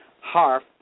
Harf